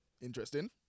Interesting